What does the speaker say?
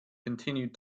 continued